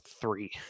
three